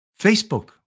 Facebook